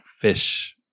fish